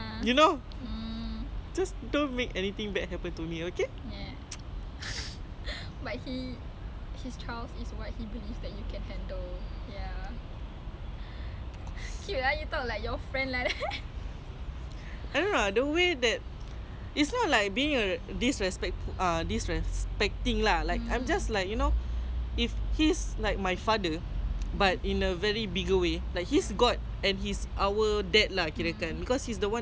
I don't know the way that is not like err being like disrespectful disrespecting lah I'm just like you know if he's like my father but in a very bigger way like he's got like he's our dad lah kirakan cause he's the one that create us [what] so is like one way to do it is like if this is how comfortable I am with allah like this is how peace he make me feel like when I'm talking to him praying to him you know so is like bukan macam eh lu macam muak no